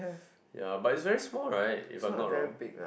ya but it's very small right if I'm not wrong